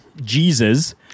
Jesus